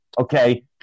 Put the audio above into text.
okay